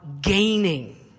gaining